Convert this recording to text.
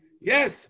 Yes